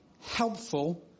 helpful